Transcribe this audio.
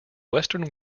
western